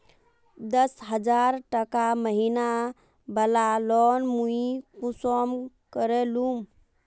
दस हजार टका महीना बला लोन मुई कुंसम करे लूम?